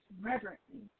reverently